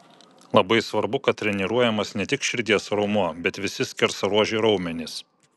labai svarbu kad treniruojamas ne tik širdies raumuo bet visi skersaruožiai raumenys